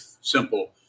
simple